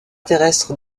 terrestre